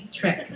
trick